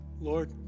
Lord